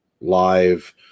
live